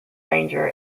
ranger